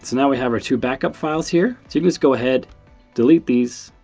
now we have two backup files here. so you can just go ahead delete these.